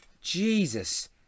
Jesus